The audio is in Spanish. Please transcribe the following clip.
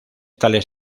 tales